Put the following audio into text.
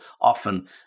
often